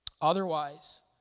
Otherwise